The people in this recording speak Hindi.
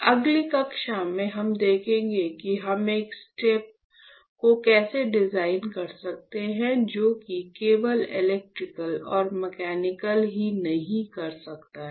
अगली कक्षा में हम देखेंगे कि हम एक स्टेप को कैसे डिजाइन कर सकते हैं जो कि केवल इलेक्ट्रिकल और मैकेनिकल ही नहीं कर सकता है